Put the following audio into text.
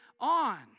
on